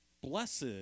Blessed